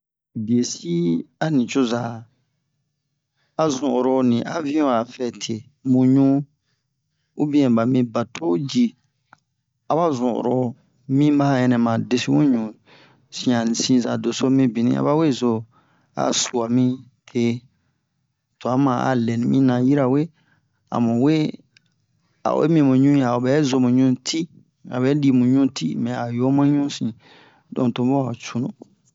biyesi a nucozo a zun oro ni aviyon a fɛte mu ɲu ubiyɛn ɓa mi bato ji aba jun oro miba ɛnɛ ma desi mu ɲu siyan sin-za doso mibinni aba we zo a suwa mi te twa ma a lɛ ni mina yirawe a mu we a o yi mi mu ɲu a o ɓɛ zo mu ɲu ti a o ɓɛ li mu ɲu ti mɛ a o yo ma ɲusin donk to bun a ho cunu